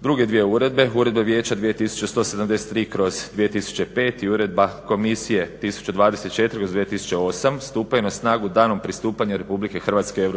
Druge dvije uredbe, Uredbe vijeća 2173/2005. i Uredba komisije 1024/2008. stupaju na snagu danom pristupanja Republike Hrvatske